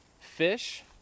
fish